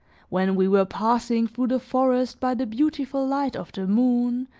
when we were passing through the forest by the beautiful light of the moon,